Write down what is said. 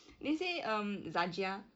they say um zajiah